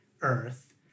Earth